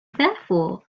therefore